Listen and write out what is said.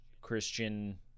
Christian